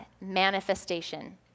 manifestation